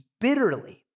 bitterly